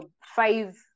five